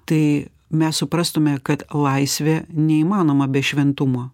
tai mes suprastume kad laisvė neįmanoma be šventumo